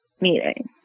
meeting